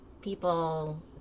people